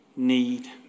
need